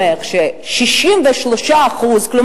הסקר הזה אומר ש-63% מהישראלים,